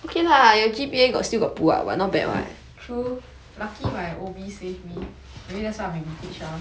true lucky my O_B save me maybe that's why I'm in H_R